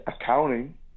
accounting